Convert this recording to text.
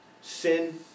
sin